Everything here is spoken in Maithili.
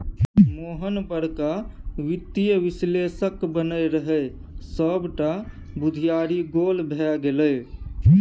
मोहन बड़का वित्तीय विश्लेषक बनय रहय सभटा बुघियारी गोल भए गेलै